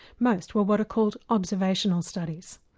most were what are called observational studies.